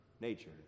Nature